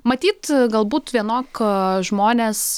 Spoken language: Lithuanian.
matyt galbūt vienok žmonės